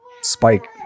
spike